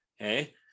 Okay